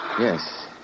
Yes